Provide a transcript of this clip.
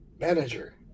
manager